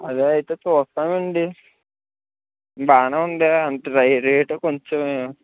అదే ఐతే చూస్తాం అండి బాగా ఉందా అంటే రేటు కొంచెం